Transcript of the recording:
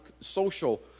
social